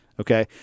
okay